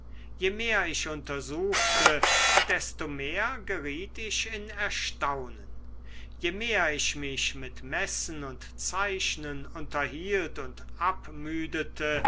je mehr ich untersuchte desto mehr geriet ich in erstaunen je mehr ich mich mit messen und zeichnen unterhielt und